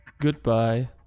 Goodbye